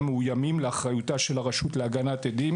מאוימים לאחריותה של הרשות להגנת עדים.